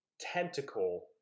tentacle